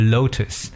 Lotus